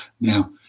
Now